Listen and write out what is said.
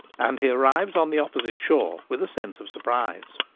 and he arrives on the opposite shore with a sense of surprise.